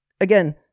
Again